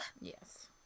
Yes